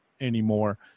anymore